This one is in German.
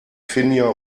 finja